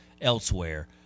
elsewhere